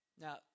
Now